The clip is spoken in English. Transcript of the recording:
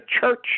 church